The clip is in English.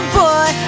boy